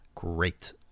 Great